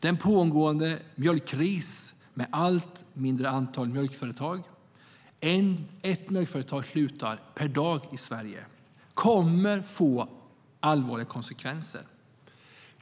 Den pågående mjölkkrisen med ett allt mindre antal mjölkföretag - det är ett mjölkföretag per dag som slutar i Sverige - kommer att få allvarliga konsekvenser.